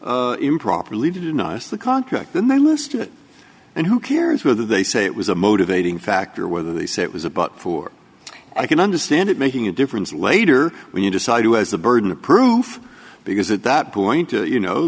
race improperly denies the contract then the list and who cares whether they say it was a motivating factor or whether they say it was about four i can understand it making a difference later when you decide who has the burden of proof because at that point you know